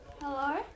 Hello